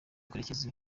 karekezi